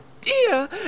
dear